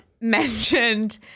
mentioned